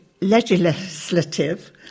legislative